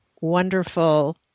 wonderful